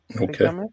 Okay